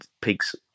pigs